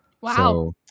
Wow